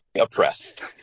oppressed